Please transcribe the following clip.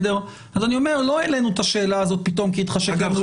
אני אומר שלא העלינו את השאלה הזאת פתאום כי התחשק לנו לדבר --- אגב,